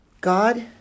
God